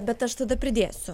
bet aš tada pridėsiu